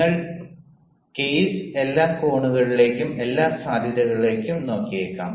നിങ്ങൾ കേസ് എല്ലാ കോണുകളിലേക്കും എല്ലാ സാധ്യതകളിലേക്കും നോക്കിയേക്കാം